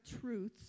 truths